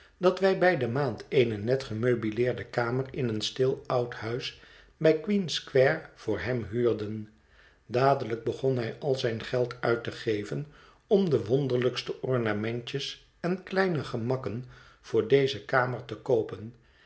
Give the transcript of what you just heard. dat wij bij de maand eene net gemeubileerde kamer in een stil oud huis bij queen squ are voor hem huurden dadelijk begon hij al zijn geld uit te geven om de wonderlijkste ornamentjes en kleine gemakken voor deze kamer te koopen